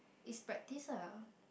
is practice ah